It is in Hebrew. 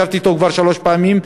ואני ישבתי אתו כבר שלוש פעמים,